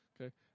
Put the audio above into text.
Okay